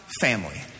family